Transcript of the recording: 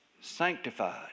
sanctified